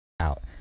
out